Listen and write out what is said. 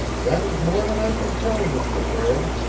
that is more than i can tell, mr. prale,